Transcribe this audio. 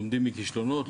לומדים מכישלונות,